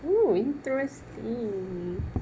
oo interesting